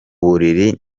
buriri